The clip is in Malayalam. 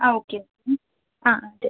ആ ഓക്കേ ആ ഉണ്ട്